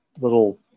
little